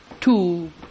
two